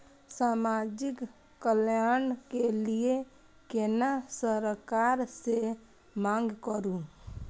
समाजिक कल्याण के लीऐ केना सरकार से मांग करु?